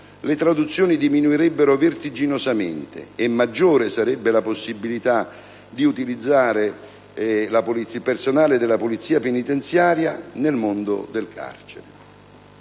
le traduzioni diminuirebbero vertiginosamente, e maggiore sarebbe la possibilità di utilizzare il personale della Polizia penitenziaria nel mondo del carcere.